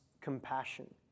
compassion